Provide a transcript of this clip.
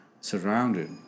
surrounded